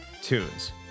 tunes